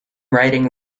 riding